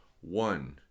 one